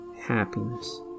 happiness